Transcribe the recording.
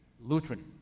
Lutheran